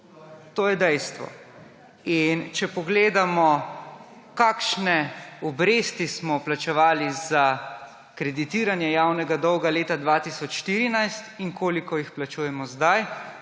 To je dejstvo. Če pogledamo, kakšne obresti smo plačevali za kreditiranje javnega dolga leta 2014 in koliko jih plačujemo zdaj,